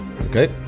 okay